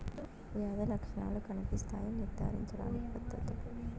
వ్యాధి లక్షణాలు కనిపిస్తాయి నివారించడానికి పద్ధతులు?